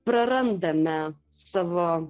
prarandame savo